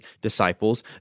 disciples